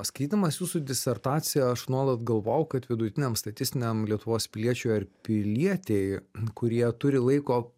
skaitydamas jūsų disertaciją aš nuolat galvojau kad vidutiniam statistiniam lietuvos piliečiui ar pilietei kurie turi laiko